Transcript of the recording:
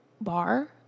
bar